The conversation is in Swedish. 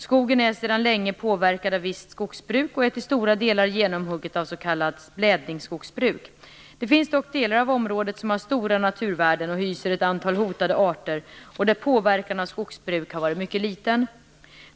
Skogen är sedan länge påverkad av visst skogsbruk och är till stora delar genomhuggen av s.k. blädningsskogsbruk. Det finns dock delar av området som har stora naturvärden och hyser ett antal hotade arter och där påverkan av skogsbruk har varit mycket liten.